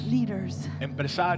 Leaders